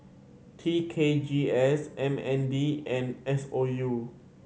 T K G S M N D and S O U